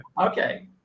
Okay